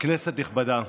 כנסת נכבדה,